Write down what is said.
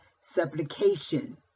supplication